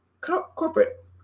corporate